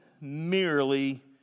merely